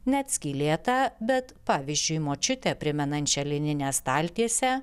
net skylėtą bet pavyzdžiui močiutę primenančią lininę staltiesę